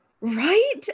Right